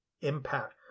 impact